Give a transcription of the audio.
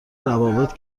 روابط